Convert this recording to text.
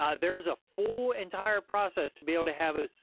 um there's a full entire process to be able to have a